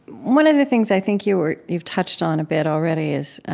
one of the things i think you were you've touched on a bit already is